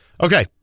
Okay